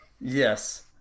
yes